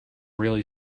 really